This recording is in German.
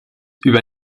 über